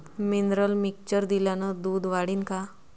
Mineral mixture दिल्यानं दूध वाढीनं का?